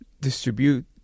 distribute